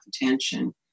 attention